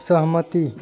सहमति